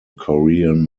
korean